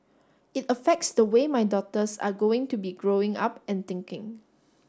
it affects the way my daughters are going to be growing up and thinking